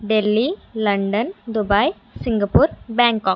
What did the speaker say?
Delhi London Dubai Singapore Bangkok